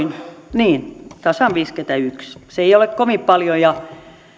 tasan viisikymmentäyksi se ei ole kovin paljon ja